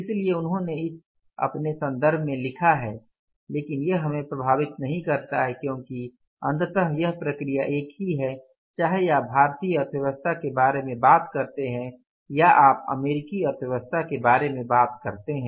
इसलिए उन्होंने इसे अपने संदर्भ में लिखा है लेकिन यह हमें प्रभावित नहीं करता है क्योंकि अंततः यह प्रक्रिया एक ही है चाहे आप भारतीय अर्थव्यवस्था के बारे में बात करते हैं या आप अमेरिकी अर्थव्यवस्था के बारे में बात करते हैं